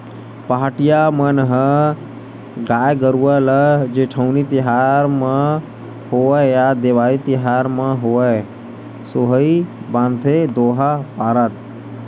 पहाटिया मन ह गाय गरुवा ल जेठउनी तिहार म होवय या देवारी तिहार म होवय सोहई बांधथे दोहा पारत